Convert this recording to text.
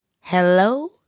Hello